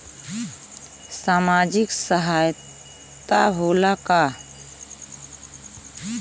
सामाजिक सहायता होला का?